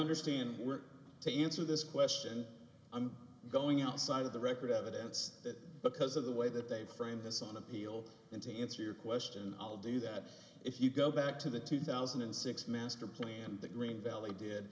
understand we're to answer this question i'm going outside of the record evidence that because of the way that they've framed this on appeal and to answer your question i'll do that if you go back to the two thousand and six master plan and the green valley did